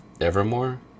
Evermore